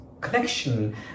connection